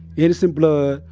innocent blood,